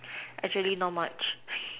actually not much